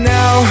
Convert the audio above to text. Now